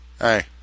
Hey